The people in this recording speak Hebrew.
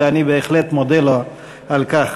ואני בהחלט מודה לו על כך.